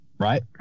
Right